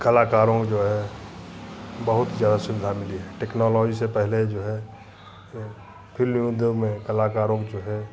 कलाकारों को जो है बहुत ज़्यादा सुविधा मिली है टेक्नोलॉजी से पहले जो है फ़िल्म उद्योग में कलाकारों को जो है